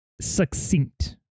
succinct